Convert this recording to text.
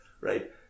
right